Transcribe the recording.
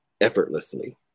effortlessly